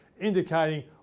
indicating